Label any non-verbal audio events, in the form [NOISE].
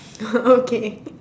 [LAUGHS] okay